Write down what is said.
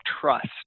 trust